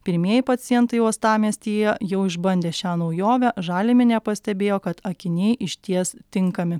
pirmieji pacientai uostamiestyje jau išbandė šią naujovę žalimienė pastebėjo kad akiniai išties tinkami